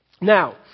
now